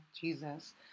Jesus